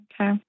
Okay